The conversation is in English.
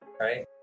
right